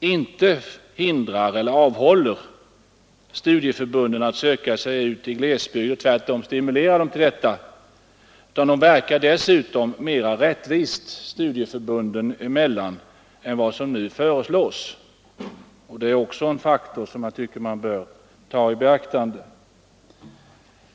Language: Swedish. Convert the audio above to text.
innebär att studieförbunden inte av kostnadsskäl avhålls från att söka sig ut i glesbygden utan tvärtom stimuleras till detta, men dessutom verkar de mera rättvist studieförbunden emellan än de bestämmelser som nu föreslås. Det är också en faktor som man bör ta i beaktande.